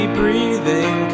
breathing